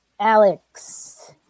Alex